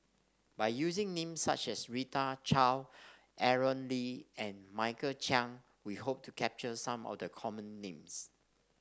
by using names such as Rita Chao Aaron Lee and Michael Chiang we hope to capture some of the common names